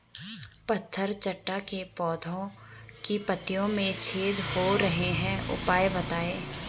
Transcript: पत्थर चट्टा के पौधें की पत्तियों में छेद हो रहे हैं उपाय बताएं?